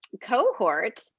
cohort